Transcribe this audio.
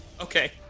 Okay